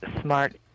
smart